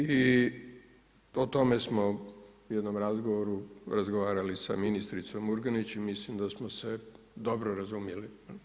I o tome smo u jednom razgovoru razgovarali sa ministricom Murganić i mislim da smo se dobro razumjeli.